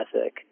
ethic